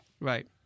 Right